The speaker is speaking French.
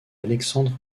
alexandre